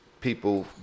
people